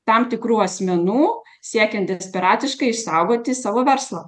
tam tikrų asmenų siekiant desperatiškai išsaugoti savo verslą